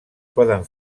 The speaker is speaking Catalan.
poden